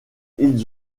ils